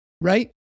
right